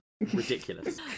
ridiculous